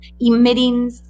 Emitting